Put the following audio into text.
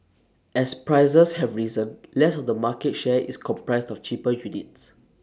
as prices have risen less of the market share is comprised of cheaper units